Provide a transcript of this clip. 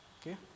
Okay